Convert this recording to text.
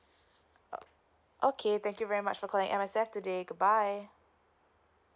uh okay thank you very much for calling M_S_F today goodbye